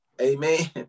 Amen